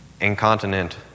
incontinent